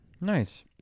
Nice